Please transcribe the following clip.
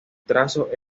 trazo